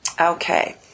Okay